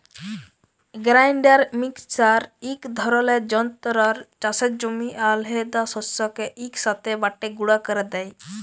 grinder mixer ইক ধরলের যল্তর চাষের জমির আলহেদা শস্যকে ইকসাথে বাঁটে গুঁড়া ক্যরে দেই